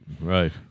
Right